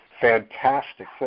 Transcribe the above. fantastic